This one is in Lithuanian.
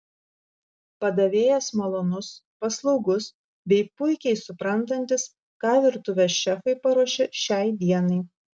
padavėjas malonus paslaugus bei puikiai suprantantis ką virtuvės šefai paruošė šiai dienai